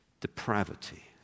depravity